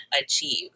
achieve